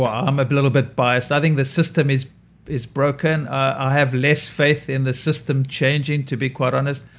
i'm a little bit biased. i think the system is is broken. i have less faith in the system changing to be quite honest.